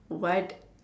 what